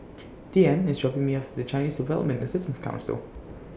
Deeann IS dropping Me off At Chinese Development Assistance Council